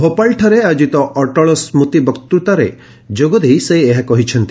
ଭୋପାଲ୍ରେ ଆୟୋଜିତ ଅଟଳ ସ୍କୃତି ବକ୍ତୃତାରେ ଯୋଗଦେଇ ସେ ଏହା କହିଛନ୍ତି